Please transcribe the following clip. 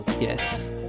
Yes